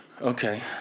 Okay